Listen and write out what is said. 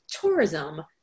tourism